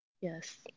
yes